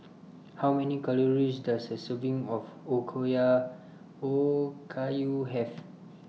How Many Calories Does A Serving of Okayu Have